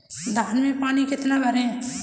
धान में पानी कितना भरें?